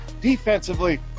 defensively